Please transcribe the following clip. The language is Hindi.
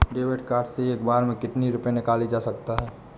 डेविड कार्ड से एक बार में कितनी रूपए निकाले जा सकता है?